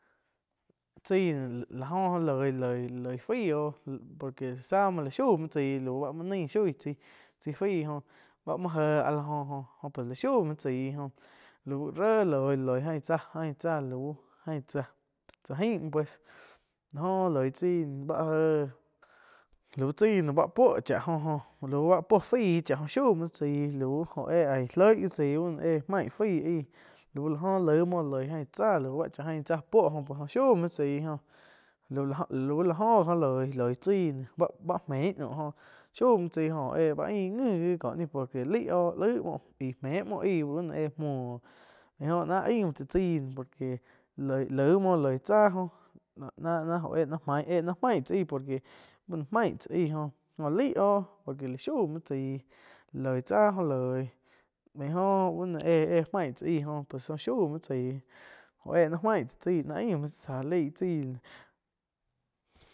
Chaí noh la oh loi-loi-loi-loi fai oh por que sá muo la shou muoh tzái lau bá muo naih shoi tsai jóh báh muo jéh áh lá njo oh pues la shau muo tsaí oh lauh ré loih la loih ain tsáh ain tsáh lau ain tsáh cha ain pues la oh loig cháih bá éh lau chaí noh bá puo chá jo-jo lau bá puo faí cha oh shou muotsái lau jo éh aih loih gi tsia bá éh main faí aih lau la oh lai muo la loi ain tsáh bá cha ain tsá puo oh shau muo tsai jónlau la jó loi lá loi tsaih bá mein no joh shau muo tsai joh oh éh ba ain ngi ko noi por que lai oh laig muo gie me muoh aíh bú no éh muoh bai oh ná aim muoh chain por que laig muo la loi tsáh oh na-na-na o éh na main tsáh ain por que báh no main tzá aih joh oh laig oh por qu ela shau muoh tsai la loih tsá oh loih bai oh baa eh-eh main tza aih jo shau muo tsai oh éh náh main tsá chai náh ain muo tsáh ja lei chaí.